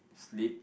sleep